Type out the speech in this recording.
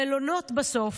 המלונות בסוף,